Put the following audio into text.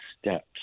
steps